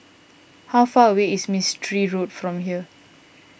how far away is Mistri Road from here